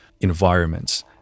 environments